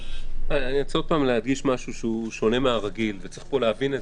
רוצה שוב להדגיש משהו שהוא שונה מהרגיל וצריך להבין אותו.